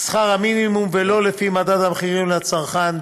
שכר המינימום ולא לפי מדד המחירים לצרכן,